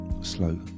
Slow